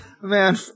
Man